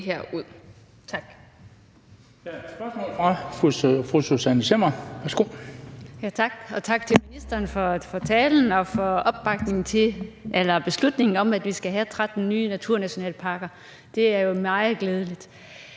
Værsgo. Kl. 16:39 Susanne Zimmer (UFG): Tak, og tak til ministeren for talen og for beslutningen om, at vi skal have 13 nye naturnationalparker. Det er jo meget glædeligt.